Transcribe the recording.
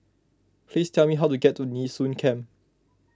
please tell me how to get to Nee Soon Camp